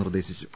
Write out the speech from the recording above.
നിർദേശിച്ചു